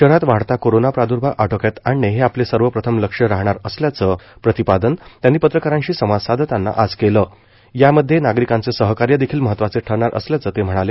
शहरात वाढता कोरोना प्रादुर्भाव आटोक्यात आणणे हे आपले सर्वप्रथम लक्ष्य राहणार असल्याचं प्रतिपादन त्यांनी पत्रकारांशी संवाद साधताना आज केलं असून या मध्ये नागरिकांचे सहकार्य देखील महत्वाचे ठरणार असल्याचं ते म्हणाले